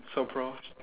so pro